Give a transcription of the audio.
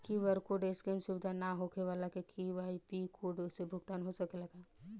QR code scan सुविधा ना होखे वाला के यू.पी.आई कोड से भुगतान हो सकेला का?